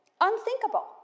Unthinkable